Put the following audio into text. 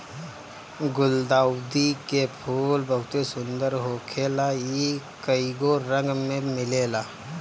गुलदाउदी के फूल बहुते सुंदर होखेला इ कइगो रंग में मिलेला